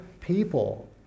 people